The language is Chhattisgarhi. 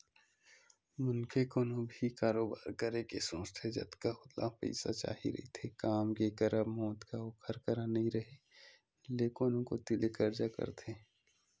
मनखे कोनो भी कारोबार करे के सोचथे जतका ओला पइसा चाही रहिथे काम के करब म ओतका ओखर करा नइ रेहे ले कोनो कोती ले करजा करथे